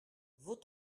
vos